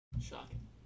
Shocking